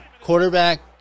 quarterback